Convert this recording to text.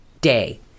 day